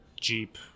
Jeep